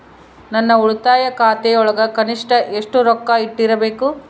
ನನ್ನ ಉಳಿತಾಯ ಖಾತೆಯೊಳಗ ಕನಿಷ್ಟ ಎಷ್ಟು ರೊಕ್ಕ ಇಟ್ಟಿರಬೇಕು?